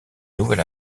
nouvel